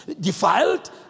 defiled